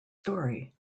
story